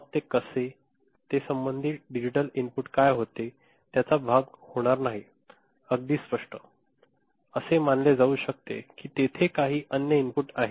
मग ते कसे ते संबंधित डिजिटल इनपुट काय होते त्याचा भाग होणार नाही अगदी स्पष्ट असे मानले जाऊ शकते की तेथे काही अन्य इनपुट आहेत